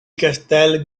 castel